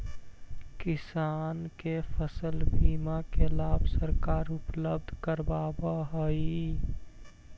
किसान के फसल बीमा के लाभ सरकार उपलब्ध करावऽ हइ